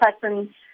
person